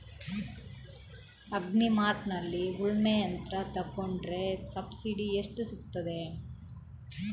Agri ಮಾರ್ಟ್ನಲ್ಲಿ ಉಳ್ಮೆ ಯಂತ್ರ ತೆಕೊಂಡ್ರೆ ಸಬ್ಸಿಡಿ ಎಷ್ಟು ಸಿಕ್ತಾದೆ?